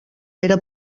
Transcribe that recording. era